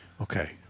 Okay